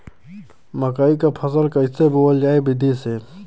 मकई क फसल कईसे बोवल जाई विधि से?